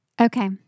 Okay